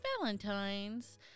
Valentine's